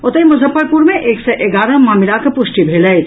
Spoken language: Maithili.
ओतहि मुजफ्फरपुर मे एक सय एगारह मामिलाक पुष्टि भेल अछि